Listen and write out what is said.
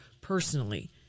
personally